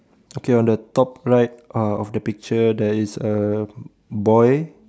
okay on the top right uh of the picture there is a boy